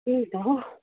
त्यही त हौ